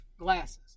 glasses